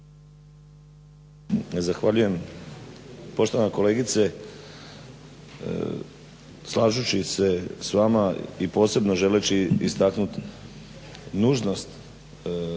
Zahvaljujem. Poštovana kolegice slažući se s vama i posebno želeći istaknut nužnost